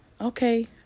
okay